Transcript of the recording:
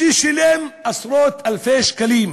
ששילם עשרות-אלפי שקלים.